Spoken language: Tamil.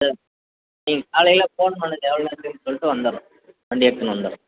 சரி நீங்கள் காலையில ஃபோன் பண்ணுங்க எவ்வளோ சொல்லிட்டு வந்துடறோம் வண்டியை எடுத்துன்னு வந்துடறேன்